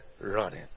running